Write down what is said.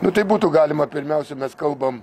nu tai būtų galima pirmiausia mes kalbam